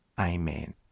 Amen